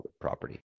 property